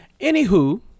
anywho